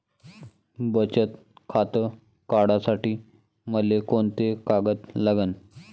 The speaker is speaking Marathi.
बचत खातं काढासाठी मले कोंते कागद लागन?